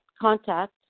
contact